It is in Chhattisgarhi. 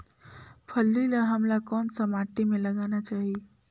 फल्ली ल हमला कौन सा माटी मे लगाना चाही?